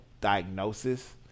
diagnosis